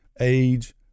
age